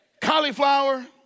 cauliflower